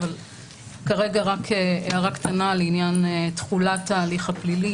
אבל כרגע רק הערה קטנה לעניין תחולת ההליך הפלילי.